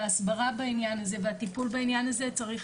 בהסברה בעניין הזה והטיפול בעניין הזה צריך